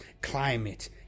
climate